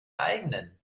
eigenen